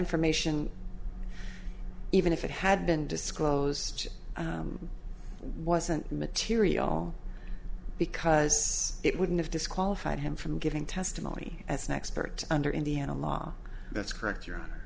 information even if it had been disclosed wasn't material because it wouldn't have disqualified him from giving testimony as an expert under indiana law that's correct your honor